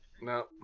No